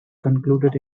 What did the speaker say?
concluded